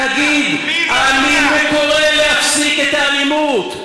תגיד: אני קורא להפסיק את האלימות,